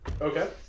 Okay